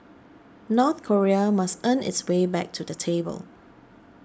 North Korea must earn its way back to the table